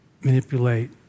manipulate